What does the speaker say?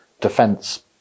defense